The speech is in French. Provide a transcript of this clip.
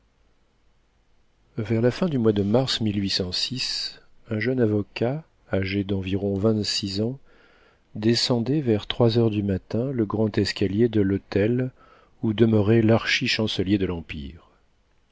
vers la fin du mois de mars un jeune avocat âgé d'environ vingt-six ans descendait vers trois heures du matin le grand escalier de l'hôtel où demeurait larchi chancelier de l'empire